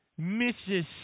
Mrs